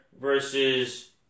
versus